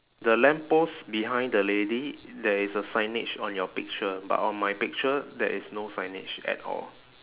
the lamppost behind the lady there is a signage on your picture but on my picture there is no signage at all